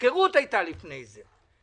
הפקרות הייתה לפני כן,